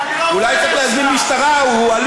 אולי צריך להזמין משטרה לסגן-ניצב.